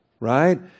right